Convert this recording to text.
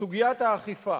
סוגיית האכיפה,